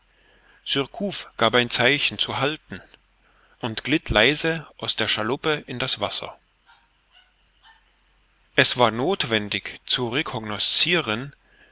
gab ein zeichen zu halten und glitt leise aus der schaluppe in das wasser es war nothwendig zu